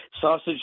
Sausage